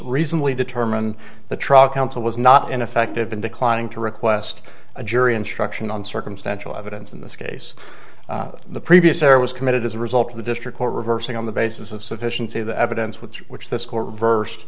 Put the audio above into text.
reasonably determine the trial counsel was not ineffective in declining to request a jury instruction on circumstantial evidence in this case the previous error was committed as a result of the district court reversing on the basis of sufficiency the evidence with which this court reversed